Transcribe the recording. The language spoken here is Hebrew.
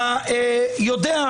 אתה יודע,